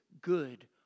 good